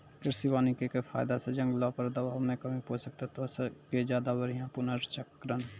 कृषि वानिकी के फायदा छै जंगलो पर दबाब मे कमी, पोषक तत्वो के ज्यादा बढ़िया पुनर्चक्रण